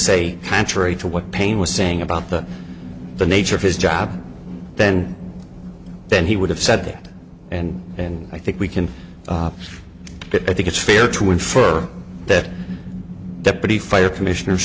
say contrary to what payne was saying about the the nature of his job then then he would have said that and and i think we can get i think it's fair to infer that deputy fire commissioner